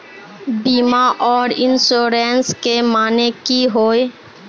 बीमा आर इंश्योरेंस के माने की होय?